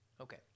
Okay